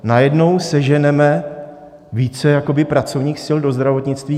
Najednou seženeme více pracovních sil do zdravotnictví?